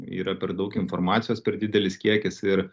yra per daug informacijos per didelis kiekis ir